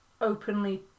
openly